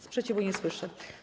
Sprzeciwu nie słyszę.